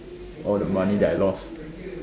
all the money that I lost